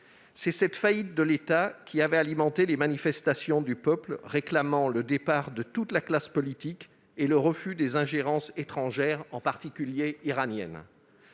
C'est cette faillite de l'État qui avait alimenté les manifestations du peuple, lequel réclamait le départ de toute la classe politique et le refus des ingérences étrangères, en particulier iraniennes.